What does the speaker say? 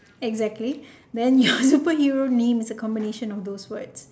exactly then your superhero name is a combination of those words